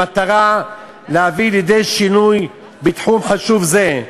במטרה להביא לידי שינוי בתחום חשוב זה.